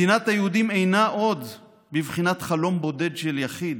מדינת היהודים אינה עוד בבחינת חלום בודד של יחיד,